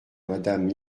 madame